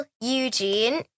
Eugene